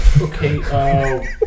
Okay